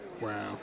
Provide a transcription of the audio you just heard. Wow